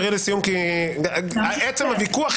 זאת אומרת שכל חוקי היסוד כפופים לחוק יסוד: כבוד האדם וחרותו.